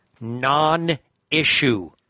Non-issue